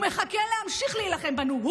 הוא מחכה להמשיך להילחם בנו,